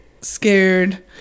scared